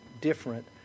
different